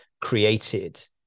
created